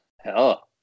Hell